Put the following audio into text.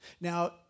Now